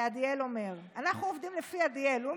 אנחנו עובדים לפי עדיאל.